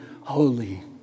holy